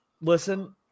Listen